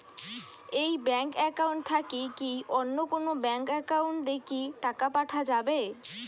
এই bank account থাকি কি অন্য কোনো ব্যাংক একাউন্ট এ কি টাকা পাঠা যাবে?